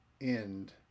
end